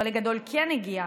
חלק גדול כן הגיע,